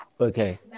Okay